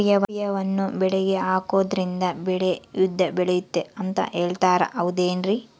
ಯೂರಿಯಾವನ್ನು ಬೆಳೆಗೆ ಹಾಕೋದ್ರಿಂದ ಬೆಳೆ ಉದ್ದ ಬೆಳೆಯುತ್ತೆ ಅಂತ ಹೇಳ್ತಾರ ಹೌದೇನ್ರಿ?